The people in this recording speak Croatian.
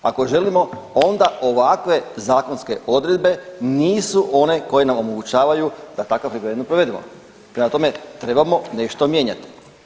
Ako želimo onda ovakve zakonske odredbe nisu one koje nam omogućavaju da takav referendum provedemo, prema tome trebamo nešto mijenjati.